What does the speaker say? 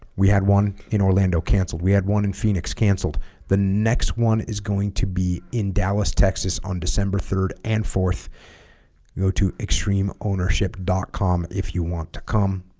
we had one in orlando canceled we had one in phoenix cancelled the next one is going to be in dallas texas on december third and fourth go to extremeownership dot com if you want to come